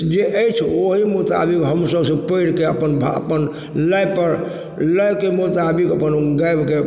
जे अछि ओहि मोताबिक हम सब से पढ़िकए से अपन भावना अपन लयपर लयके मोताबिक अपन गाबिके